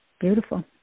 Beautiful